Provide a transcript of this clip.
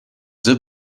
the